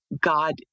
God